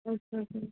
okay okay